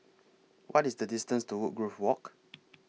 What IS The distance to Woodgrove Walk